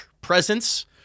presence